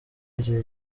igihe